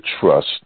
trust